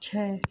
छः